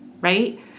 right